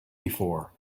before